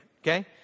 okay